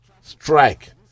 strike